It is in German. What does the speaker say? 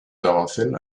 daraufhin